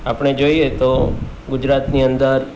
આપણે જોઈએ તો ગુજરાતની અંદર